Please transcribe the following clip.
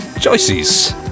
Choices